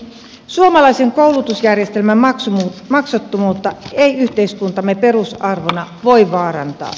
suomalaisen koulutusjärjestelmän maksuttomuutta ei yhteiskuntamme perusarvona voi vaarantaa